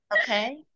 Okay